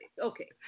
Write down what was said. Okay